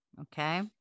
Okay